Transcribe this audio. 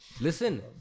listen